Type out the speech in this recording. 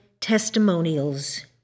Testimonials